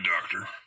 doctor